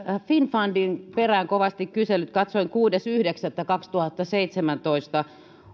finnfundin perään kovasti kyselty katsoin kuudes yhdeksättä kaksituhattaseitsemäntoista